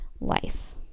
life